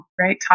right